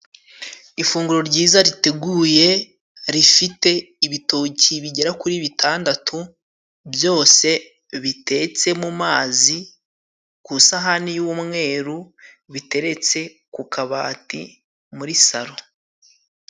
Ifunguro ryiza riteguye rifite ibitoki bigera kuri bitandatu, byose bitetse mu mazi ku isahani y'umweru biteretse ku kabati muri salo.